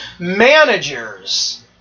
managers